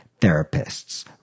therapists